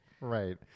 Right